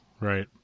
Right